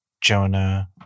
Jonah